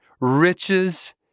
riches